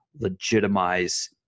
legitimize